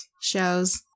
shows